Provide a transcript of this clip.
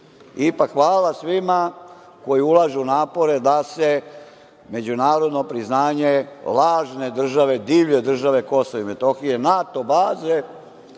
Ipak, hvala svima koji ulažu napore da se međunarodno priznanje, lažne države, divlje države Kosovo i Metohije, NATO baze,